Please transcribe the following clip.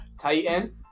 Titan